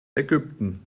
ägypten